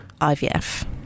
ivf